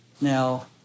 Now